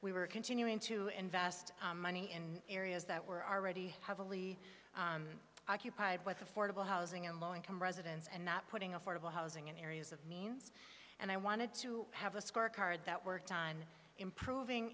we were continuing to invest money in areas that were already heavily occupied with affordable housing and low income residents and not putting affordable housing in areas of means and i wanted to have a scorecard that worked on improving